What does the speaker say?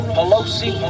Pelosi